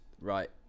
right